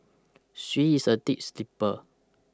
she is a deep sleeper